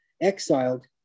exiled